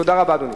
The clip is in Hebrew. תודה רבה, אדוני.